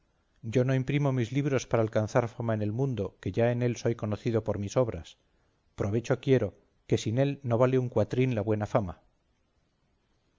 yo no imprimo mis libros para alcanzar fama en el mundo que ya en él soy conocido por mis obras provecho quiero que sin él no vale un cuatrín la buena fama